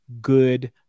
good